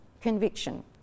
conviction